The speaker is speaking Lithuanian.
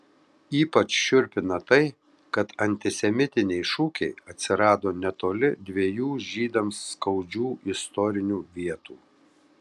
ypač šiurpina tai kad antisemitiniai šūkiai atsirado netoli dviejų žydams skaudžių istorinių vietų